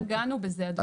לא נגענו בזה אדוני.